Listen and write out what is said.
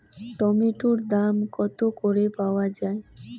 টমেটোর দাম কত করে পাওয়া যায়?